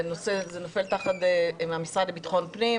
זה נופל תחת המשרד לביטחון פנים,